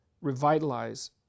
revitalize